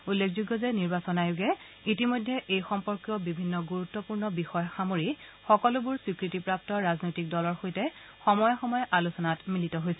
উল্লেখযোগ্য যে নিৰ্বাচন আয়োগে ইতিমধ্যে এই সম্পৰ্কীয় বিভিন্ন গুৰুত্বপূৰ্ণ বিষয় সামৰি সকলোবোৰ স্বীকৃতিপ্ৰাপ্ত ৰাজনৈতিক দলৰ সৈতে সময়ে সময়ে আলোচনাত মিলিত হৈছে